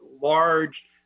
large